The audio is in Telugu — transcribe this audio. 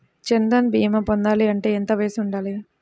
జన్ధన్ భీమా పొందాలి అంటే ఎంత వయసు ఉండాలి?